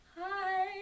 hi